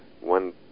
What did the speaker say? one